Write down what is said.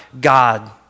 God